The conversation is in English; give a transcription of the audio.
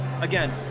again